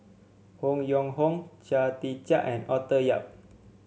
Han Yong Hong Chia Tee Chiak and Arthur Yap